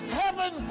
heaven